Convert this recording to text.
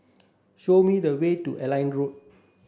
show me the way to Airline Road